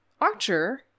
Archer